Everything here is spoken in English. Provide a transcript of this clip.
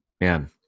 man